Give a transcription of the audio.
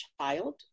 child